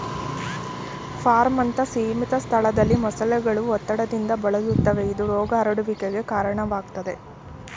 ಫಾರ್ಮ್ನಂತ ಸೀಮಿತ ಸ್ಥಳದಲ್ಲಿ ಮೊಸಳೆಗಳು ಒತ್ತಡದಿಂದ ಬಳಲುತ್ತವೆ ಇದು ರೋಗ ಹರಡುವಿಕೆಗೆ ಕಾರಣವಾಗ್ತದೆ